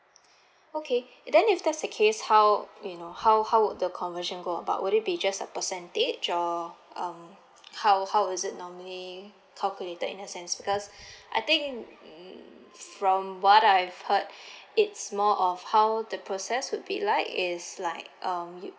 okay then if that's the case how you know how how would the conversion go about would it be just a percentage or um how how is it normally calculated in a sense because I think mm from what I've heard it's more of how the process would be like is like um you